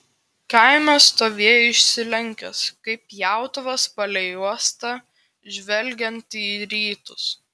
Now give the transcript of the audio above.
kaimas stovėjo išsilenkęs kaip pjautuvas palei uostą žvelgiantį į rytus